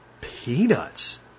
peanuts